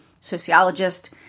sociologist